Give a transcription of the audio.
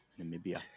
Namibia